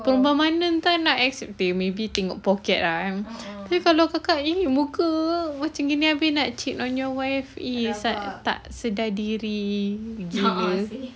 perempuan mana boleh accept eh maybe tengok pocket ah kan tapi kalau kakak ini muka macam ni habis cheat on your wife !ee! sad tak sedar diri gila